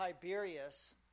Tiberius